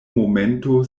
momento